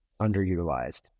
underutilized